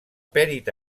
perit